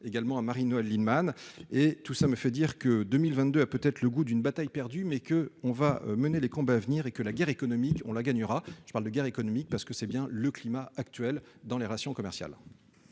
également à Marie-Noëlle Lienemann et tout ça me fait dire que 2022 a peut-être le goût d'une bataille perdue mais que on va mener les combats à venir, et que la guerre économique on la gagnera je parle de guerre économique parce que c'est bien le climat actuel dans les rations commercial.